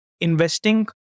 investing